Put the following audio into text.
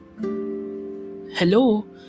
hello